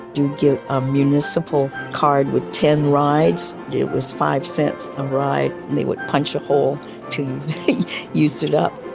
you'd get a municipal card with ten rides. it was five cents a ride and they would punch a hole till you used it up.